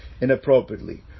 inappropriately